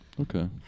Okay